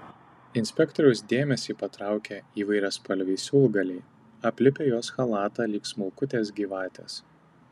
inspektoriaus dėmesį patraukia įvairiaspalviai siūlgaliai aplipę jos chalatą lyg smulkutės gyvatės